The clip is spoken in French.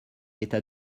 état